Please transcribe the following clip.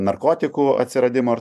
narkotikų atsiradimo ir